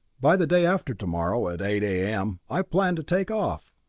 by the day after tomorrow at eight a m. i plan to take off!